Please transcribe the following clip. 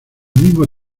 mismo